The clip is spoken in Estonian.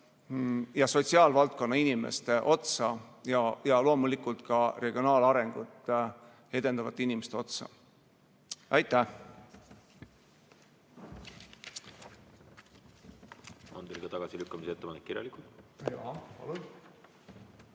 ka sotsiaalvaldkonna inimestele otsa ja loomulikult ka regionaalarengut edendavatele inimestele otsa. Aitäh!